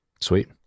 Sweet